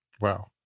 Wow